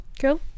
Cool